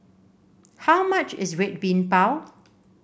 how much is Red Bean Bao